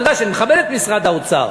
אתה יודע שאני מכבד את משרד האוצר.